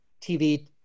TV